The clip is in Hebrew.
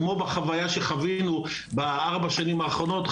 כמו בחוויה שחווינו בארבע השנים האחרונות,